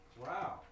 Wow